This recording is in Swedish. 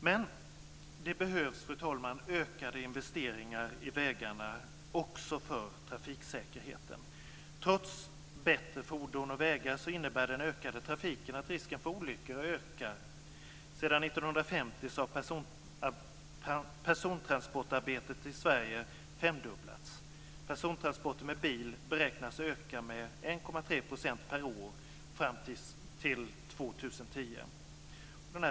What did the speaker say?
Men, fru talman, det behövs ökade investeringar i vägarna också för trafiksäkerheten. Trots bättre fordon och vägar innebär den ökade trafiken att risken för olyckor ökar. Sedan 1950 har persontransportarbetet i Sverige femdubblats. Persontransporter med bil beräknas öka med 1,3 % per år fram till 2010.